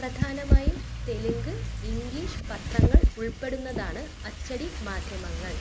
പ്രധാനമായും തെലുങ്ക് ഇംഗ്ലീഷ് പത്രങ്ങൾ ഉൾപ്പെടുന്നതാണ് അച്ചടി മാധ്യമങ്ങള്